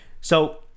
So-